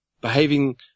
behaving